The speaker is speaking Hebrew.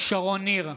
שרון ניר,